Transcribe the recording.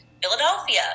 Philadelphia